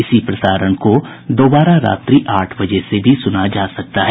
इसी प्रसारण को दोबारा रात्रि आठ बजे से भी सुना जा सकता है